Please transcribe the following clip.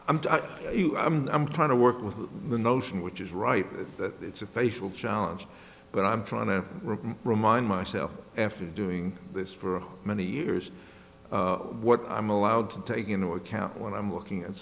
mean i'm trying to work with the notion which is right that it's a facial challenge but i'm trying to remind myself after doing this for many years what i'm allowed to take into account when i'm looking at